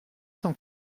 cent